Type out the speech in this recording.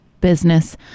business